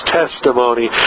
testimony